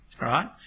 right